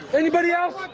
anybody else?